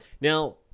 Now